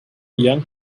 young